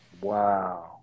Wow